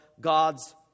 God's